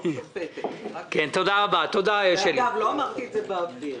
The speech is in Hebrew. לא אמרתי את זה באוויר,